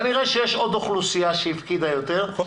כנראה שיש עוד אוכלוסייה שהפקידה יותר.